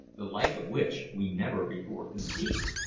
the like of which we never before conceived.